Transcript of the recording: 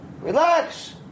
Relax